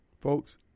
Folks